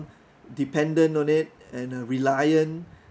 dependent on it and uh reliant